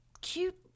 cute